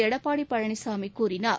எடப்பாடி பழனிசாமி கூறினார்